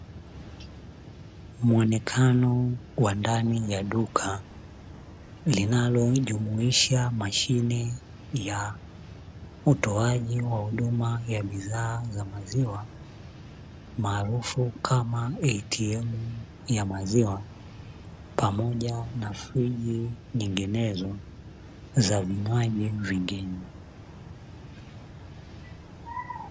Muonekano wa ndani ya duka, linalojumuisha mashine ya, utoaji wa huduma ya bidhaa za maziwa, maarufu kama "ATM ya maziwa", pamoja na friji zinginezo za vinywaji vingine.